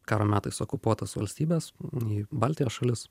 karo metais okupuotas valstybes į baltijos šalis